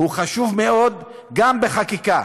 חשוב מאוד גם בחקיקה,